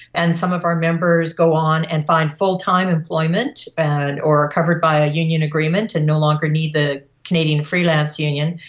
and some of our members go on and find full-time employment and are covered by a union agreement and no longer need the canadian freelance union,